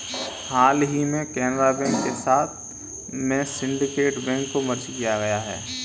हाल ही में Canara bank के साथ में सिन्डीकेट बैंक को मर्ज किया गया है